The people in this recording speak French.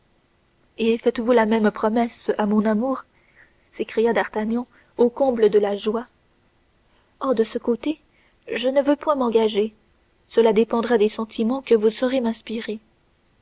et faites-vous la même promesse à mon amour s'écria d'artagnan au comble de la joie oh de ce côté je ne veux point m'engager cela dépendra des sentiments que vous saurez m'inspirer